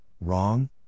wrong